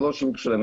הן לא של המינהל.